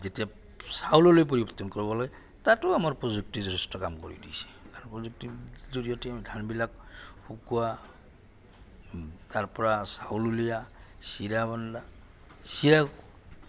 যেতিয়া চাউললৈ পৰিৱৰ্তন কৰিবলৈ তাতো আমাৰ প্ৰযুক্তি যথেষ্ট কাম কৰি দিছে প্ৰযুক্তিৰ জৰিয়তে আমি ধানবিলাক শুকুৱা তাৰপৰা চাউল উলিওৱা চিৰা বন্দা চিৰা